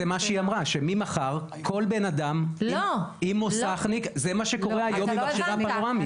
זה מה שקורה היום עם מכשיר פנורמי.